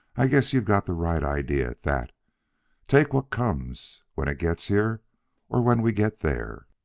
i guess you've got the right idea at that take what comes when it gets here or when we get there.